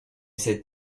sit